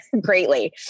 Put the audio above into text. greatly